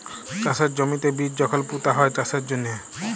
চাষের জমিতে বীজ যখল পুঁতা হ্যয় চাষের জ্যনহে